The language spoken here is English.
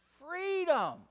freedom